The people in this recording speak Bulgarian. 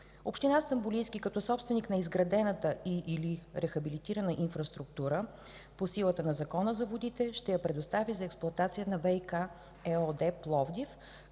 община Стамболийски като собственик на изградената и/или рехабилитирана инфраструктура по силата на Закона за водите ще я предостави за експлоатация на „ВиК” ЕООД Пловдив